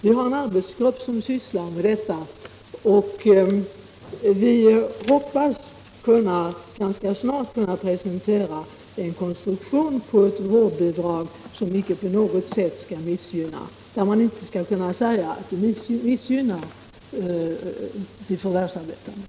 Vi har en arbetsgrupp som sysslar med den uppgiften, och vi hoppas att ganska snart kunna presentera en konstruktion på ett vårdbidrag som är sådant att ingen skall kunna säga att det missgynnar de förvärvsarbetande.